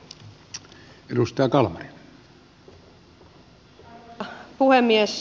arvoisa puhemies